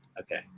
Okay